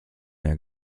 mehr